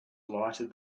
lighted